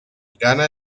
gana